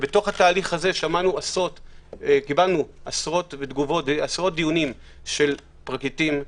בתוך התהליך הזה קיבלנו עשרות תגובות מעשרות דיונים של פרקליטים,